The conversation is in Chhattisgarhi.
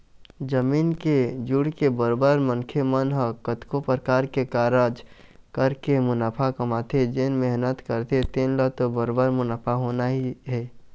जमीन ले जुड़के बरोबर मनखे मन ह कतको परकार के कारज करके मुनाफा कमाथे जेन मेहनत करथे तेन ल तो बरोबर मुनाफा होना ही हे